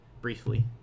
briefly